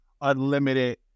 unlimited